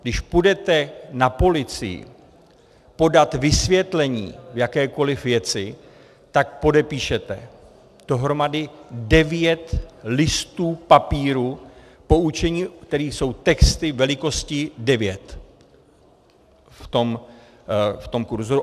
Když půjdete na policii podat vysvětlení v jakékoliv věci, tak podepíšete dohromady devět listů papíru poučení, na kterém jsou texty velikosti devět, v tom kurzoru.